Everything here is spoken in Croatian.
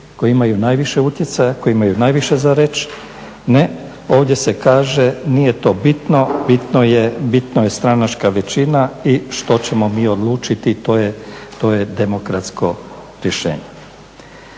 koje imaju najviše utjecaja, koje imaju najviše za reć. Ne, ovdje se kaže, nije to bitno, bitno je stranačka većina i što ćemo mi odlučiti, to je demokratsko rješenje.